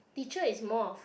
teacher is more of